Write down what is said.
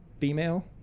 female